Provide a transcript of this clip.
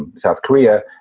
and south korea,